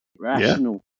rational